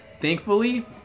Thankfully